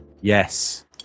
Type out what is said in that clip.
Yes